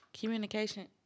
communication